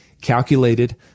calculated